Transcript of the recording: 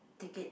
ticket